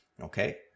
Okay